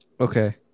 Okay